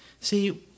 See